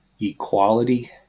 equality